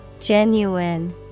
Genuine